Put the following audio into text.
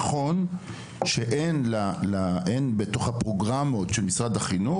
נכון שאין בתוך הפרוגרמות של משרד החינוך,